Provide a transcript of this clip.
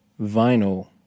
vinyl